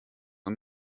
und